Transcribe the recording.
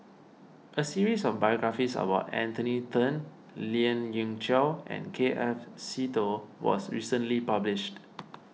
a series of biographies about Anthony then Lien Ying Chow and K F Seetoh was recently published